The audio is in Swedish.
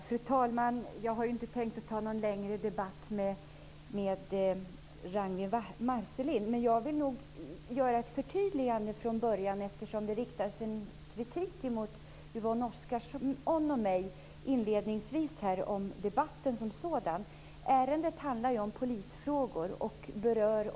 Fru talman! Jag har inte tänkt föra någon längre debatt med Ragnwi Marcelind, men jag vill göra ett förtydligande. Det riktades ju inledningsvis en del kritik mot Yvonne Oscarsson och mig när det gäller debatten som sådan. Ärendet handlar ju om polisfrågor.